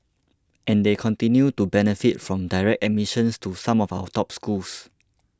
and they continue to benefit from direct admissions to some of our top schools